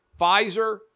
Pfizer